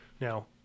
Now